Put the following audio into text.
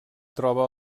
troba